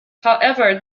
however